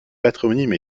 patronyme